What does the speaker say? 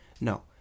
no